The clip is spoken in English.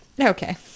Okay